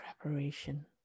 preparation